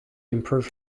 improve